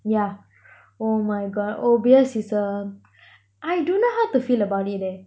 yeah oh my god O_B_S is a I dunno how to feel about it leh